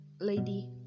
Lady